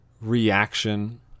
reaction